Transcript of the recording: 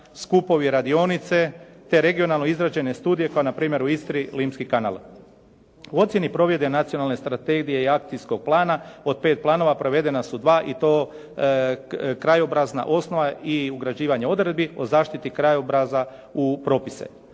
skupovi i radionice te regionalne izrađene studije, pa na primjer u Istri Limski kanal. U ocjeni provedbe nacionalne strategije i akcijskog plana, od 5 planova prevedena su 2 i to krajobrazna osnova i ugrađivanje odredbi o zaštiti krajobraza u propise.